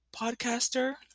podcaster